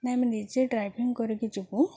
ନାଇଁ ଆମେ ନିଜେ ଡ୍ରାଇଭିଂ କରିକି ଯିବୁ